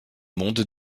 monde